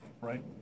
right